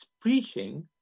preaching